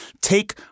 Take